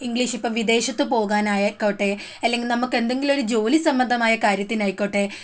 English ഇപ്പം വിദേശത്ത് പോകാനായിക്കോട്ടെ അല്ലെങ്കിൽ നമുക്ക് എന്തെങ്കിലും ഒരു ജോലി സംബന്ധമായ കാര്യത്തിനായിക്കോട്ടെ